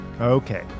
Okay